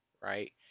right